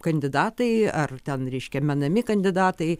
kandidatai ar ten ryškia menami kandidatai